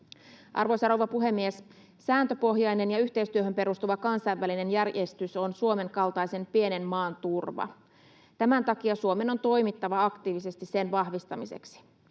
Arvoisa rouva puhemies! Sääntöpohjainen ja yhteistyöhön perustuva kansainvälinen järjestys on Suomen kaltaisen pienen maan turva. Tämän takia Suomen on toimittava aktiivisesti sen vahvistamiseksi.